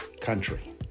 country